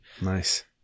Nice